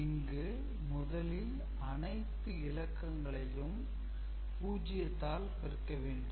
இங்கு முதலில் அனைத்து இலக்கங்களையும் 0 வால் பெருக்க வேண்டும்